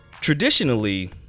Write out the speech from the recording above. traditionally